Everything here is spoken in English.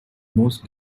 most